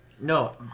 No